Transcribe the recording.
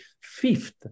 Fifth